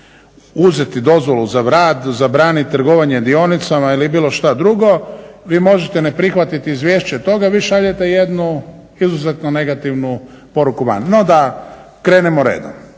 uzeti dozvolu za vrat, zabraniti trgovanje dionicama ili bilo šta drugo vi možete ne prihvatiti izvješće toga. Vi šaljete jednu izuzetno negativnu poruku van. No da krenemo redom.